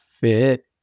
fit